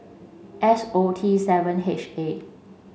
S O T seven H A